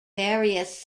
various